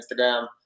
Instagram